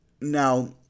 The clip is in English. Now